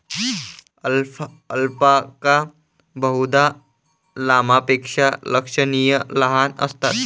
alpaca बहुधा लामापेक्षा लक्षणीय लहान असतात